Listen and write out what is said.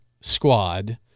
squad